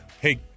Hey